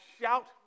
shout